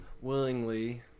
willingly